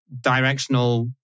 directional